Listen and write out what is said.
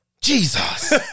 Jesus